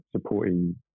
supporting